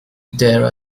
there